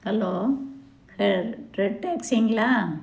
hello ரெ red டாக்ஸிங்களா